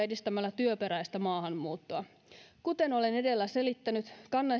edistämällä työperäistä maahanmuuttoa kuten olen edellä selittänyt